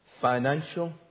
financial